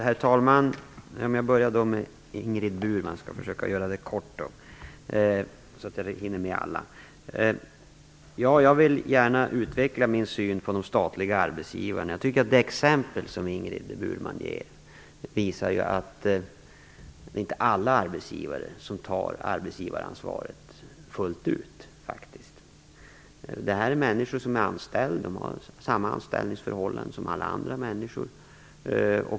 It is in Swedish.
Herr talman! Jag börjar med att vända mig till Ingrid Burman och jag skall försöka fatta mig kort så att jag hinner med alla. Ja, jag vill gärna utveckla min syn på de statliga arbetsgivarna. Jag tycker att det exempel som Ingrid Burman ger visar att inte alla arbetsgivare tar arbetsgivaransvaret fullt ut. Det här är människor som är anställda, de har samma anställningsförhållanden som alla andra människor.